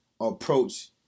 approach